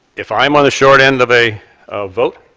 if i am on the short end of a vote,